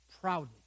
proudly